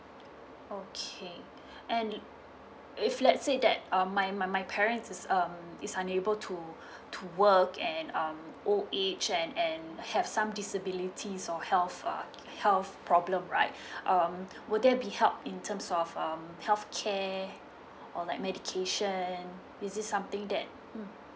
okay and if let's say that um my my my parents is um is unable to to work and um old age and and have some disabilities of health uh health problem right um would there be help in terms of um healthcare or like medication is it something that mm